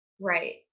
Right